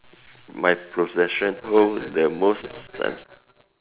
my possession hold the most uh